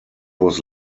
was